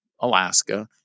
Alaska